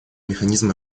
механизм